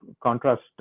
contrast